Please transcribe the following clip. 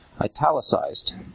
italicized